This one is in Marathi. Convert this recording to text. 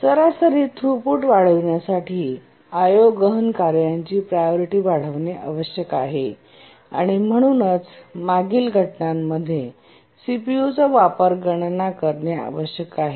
सरासरी थ्रूपूट वाढविण्यासाठी I O गहन कार्यांची प्रायोरिटी वाढवणे आवश्यक आहे आणि म्हणूनच मागील घटनांमध्ये सीपीयूचा वापर गणना करणे आवश्यक आहे